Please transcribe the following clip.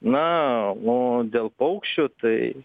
na o dėl paukščių tai